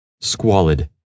Squalid